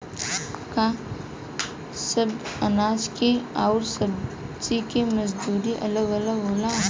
का सबे अनाज के अउर सब्ज़ी के मजदूरी अलग अलग होला?